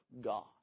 God